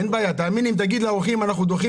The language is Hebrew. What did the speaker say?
תאמין לי שאם תגיד לאורחים שאנחנו דוחים